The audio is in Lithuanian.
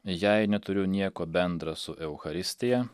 jei neturiu nieko bendra su eucharistija